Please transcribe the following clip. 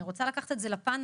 אני רוצה לקחת את זה לפן